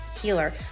healer